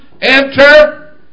enter